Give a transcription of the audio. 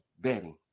betting